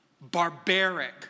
barbaric